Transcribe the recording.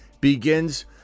begins